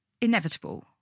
inevitable